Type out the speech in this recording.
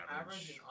average